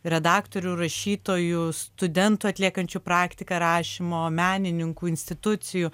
redaktorių rašytojų studentų atliekančių praktiką rašymo menininkų institucijų